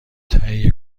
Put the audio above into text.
تهیه